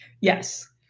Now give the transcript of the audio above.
Yes